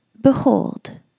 behold